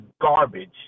garbage